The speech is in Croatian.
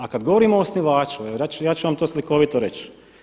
A kad govorimo o osnivaču, ja ću vam to slikovito reći.